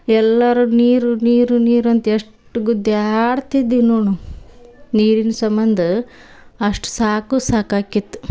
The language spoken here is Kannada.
ಎಲ್ಲರೂ ನೀರು ನೀರು ನೀರು ಅಂತ ಎಷ್ಟು ಗುದ್ದಾಡ್ತಿದ್ವಿ ನೋಡಿ ನಾವು ನೀರಿನ ಸಂಬಂಧ ಅಷ್ಟು ಸಾಕು ಸಾಕಾಕಿತ್ತು